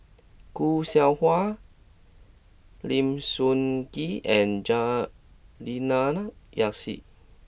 Khoo Seow Hwa Lim Sun Gee and Juliana Yasin